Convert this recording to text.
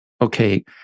okay